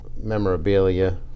memorabilia